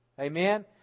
Amen